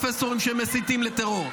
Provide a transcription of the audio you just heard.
אבל אתם מוכנים לתמוך בפרופסורים שמסיתים לטרור?